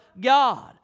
God